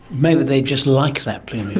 maybe they just like that plumage?